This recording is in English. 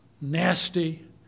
nasty